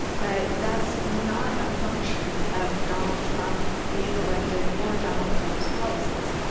but that's not a function of donald trump being elected or donald trump's policies.